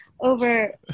over